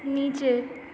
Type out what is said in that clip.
नीचे